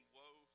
woe